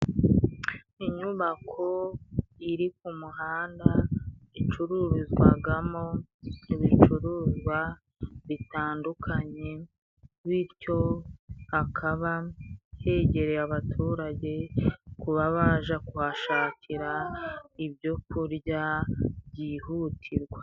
Inyubako iri ku muhanda icururizwagamo ibicuruzwa bitandukanye bityo hakaba hegereye abaturage kuba baja kuhashakira ibyo kurya byihutirwa.